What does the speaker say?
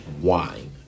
wine